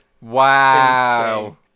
Wow